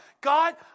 God